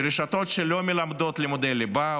אלו רשתות שלא מלמדות לימודי ליבה,